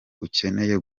ukeneye